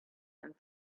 and